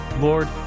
Lord